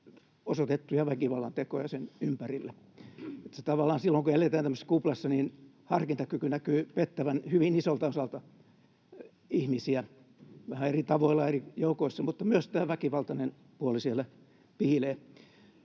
osoitettuja väkivallantekoja niiden ympärille. Tavallaan silloin, kun eletään tämmöisessä kuplassa, harkintakyky näkyy pettävän hyvin isolta osalta ihmisiä, vähän eri tavoilla eri joukoissa, mutta myös tämä väkivaltainen puoli siellä piilee.